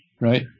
right